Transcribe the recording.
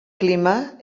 clima